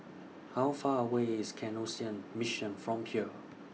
How Far away IS Canossian Mission from here